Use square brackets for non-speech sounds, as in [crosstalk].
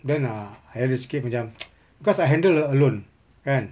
then uh I ada sikit macam [noise] cause I handle alone kan